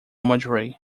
madrid